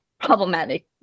problematic